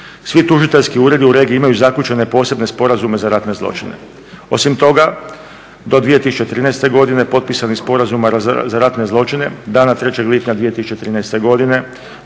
Svi tužiteljski uredi u regiji imaju zaključene posebne sporazume za ratne zločine. Osim toga do 2013. godine potpisani sporazuma za ratne zločine, dana 3. lipnja 2013. godine